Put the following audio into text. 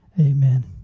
Amen